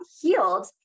healed